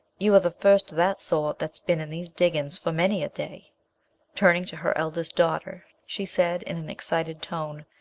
you are the first of that sort that's bin in these diggins for many a day turning to her eldest daughter, she said in an excited tone,